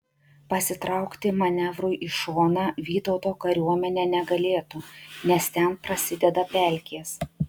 pasitraukti manevrui į šoną vytauto kariuomenė negalėtų nes ten prasideda pelkės